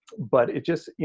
but it just,